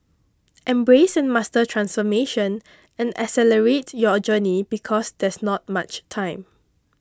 embrace and master transformation and accelerate your journey because there's not much time